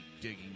digging